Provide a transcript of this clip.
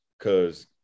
Cause